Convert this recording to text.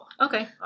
okay